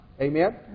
Amen